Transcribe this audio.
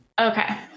Okay